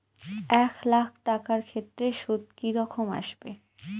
এক লাখ টাকার ক্ষেত্রে সুদ কি রকম আসবে?